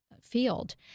field